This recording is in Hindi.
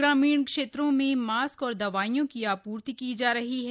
ग्रामीण क्षेत्रों में मास्क और दवाइयों की आपूर्ति जा रही है